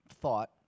thought